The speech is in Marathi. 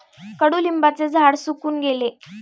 कडुलिंबाचे झाड सुकून गेले